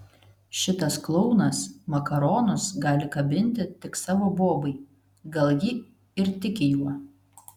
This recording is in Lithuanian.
šitas klounas makaronus gali kabinti tik savo bobai gal ji ir tiki juo